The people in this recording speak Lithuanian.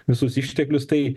visus išteklius tai